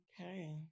Okay